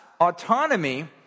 autonomy